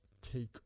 Take